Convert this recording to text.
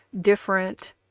different